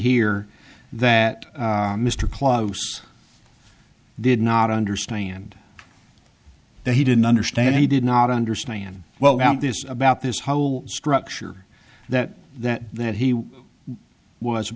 here that mr close did not understand that he didn't understand he did not understand well this about this whole structure that that that he was